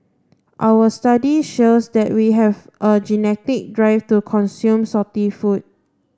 our study shows that we have a genetic drive to consume salty food